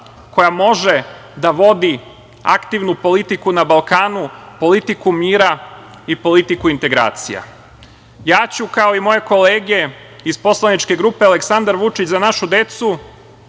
koja može da vodi aktivnu politiku na Balkanu, politiku mira i politiku integracija. Ja ću, kao i moje kolege iz poslaničke grupe Aleksandar Vučić – Za našu decu,